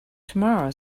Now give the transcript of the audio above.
tomorrow